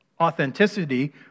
authenticity